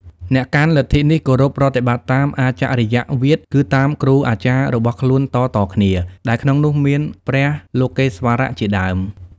អ្នកកាន់លទ្ធិនេះគោរពប្រតិបត្តិតាម អាចរិយវាទ គឺតាមគ្រូអាចារ្យរបស់ខ្លួនតៗគ្នា ដែលក្នុងនោះមាន ព្រះលោកេស្វរៈ ជាដើម។